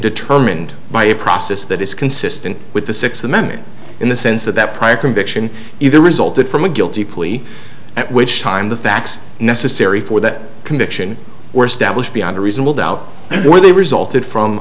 determined by a process that is consistent with the sixth amendment in the sense that that prior conviction either resulted from a guilty plea at which time the facts necessary for that conviction were stablished beyond a reasonable doubt where they resulted from